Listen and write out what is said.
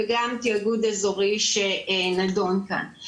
וגם תאגוד אזורי שנדון כאן.